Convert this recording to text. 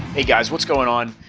hey guys what's going on?